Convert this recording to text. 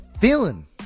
feeling